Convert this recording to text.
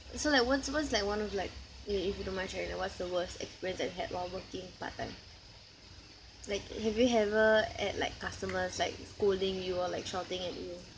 so like what's what's like one of like you if if you don't mind sharing like what's the worst experience that you had while working part-time like have you ever had like customers like scolding you or like shouting at you